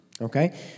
okay